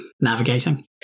navigating